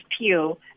peel